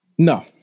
No